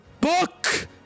book